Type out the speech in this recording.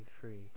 free